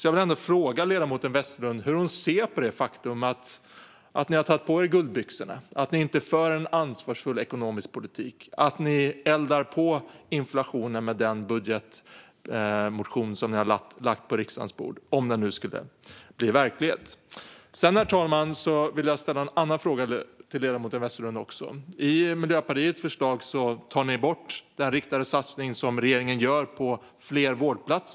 Jag vill fråga ledamoten Westerlund hur hon ser på det faktum att ni har tagit på er guldbyxorna, att ni inte för en ansvarsfull ekonomisk politik utan eldar på inflationen med den budgetmotion ni har lagt på riksdagens bord - om den nu skulle bli verklighet. Sedan, herr talman, vill jag också ställa en annan fråga till ledamoten Westerlund. I Miljöpartiets förslag tar ni bort den riktade satsning på fler vårdplatser som regeringen gör.